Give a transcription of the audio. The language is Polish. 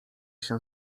się